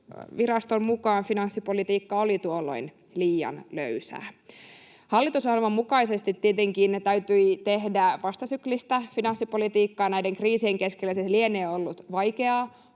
mukaan finanssipolitiikka oli tuolloin liian löysää. Hallitusohjelman mukaisesti tietenkin täytyi tehdä vastasyklistä finanssipolitiikkaa. Näiden kriisien keskellä se lienee ollut vaikeaa,